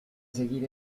seguir